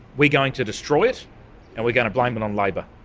we're going to destroy it and we're going to blame it on labor.